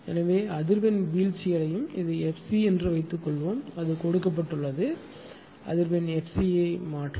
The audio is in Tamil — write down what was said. எனவே அதிர்வெண் வீழ்ச்சியடையும் இது f c என்று வைத்துக்கொள்வோம் அது கொடுக்கப்பட்டுள்ளது அதிர்வெண் f c ஐ மாற்றவும்